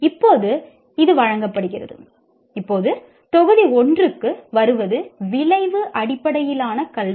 இப்போது இது வழங்கப்படுகிறது இப்போது தொகுதி 1 க்கு வருவது விளைவு அடிப்படையிலான கல்வி